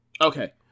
Okay